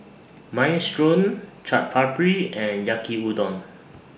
Minestrone Chaat Papri and Yaki Udon